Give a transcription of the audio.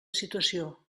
situació